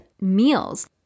meals